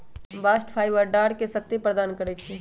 bast fibre डांरके शक्ति प्रदान करइ छै